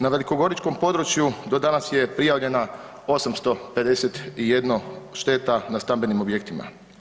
Na velikogoričkom području do danas je prijavljena 851 šteta na stambenim objektima.